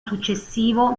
successivo